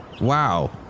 Wow